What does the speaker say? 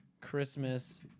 Christmas